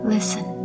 Listen